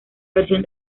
versión